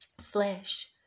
flesh